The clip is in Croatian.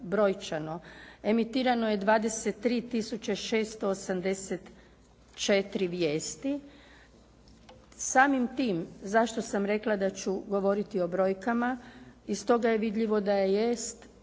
brojčano. Emitirano je 23 tisuće 684 vijesti. Samim tim zašto sam rekla da ću govoriti o brojkama. Iz toga je vidljivo da jest